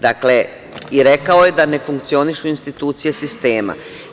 Dakle, rekao je i da ne funkcionišu institucije sistema.